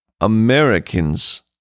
Americans